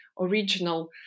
original